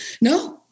No